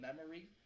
memory